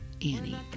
Annie